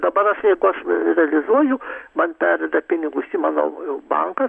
dabar aš jeigu aš realizuoju man perveda pinigus į mano banką